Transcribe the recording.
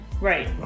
Right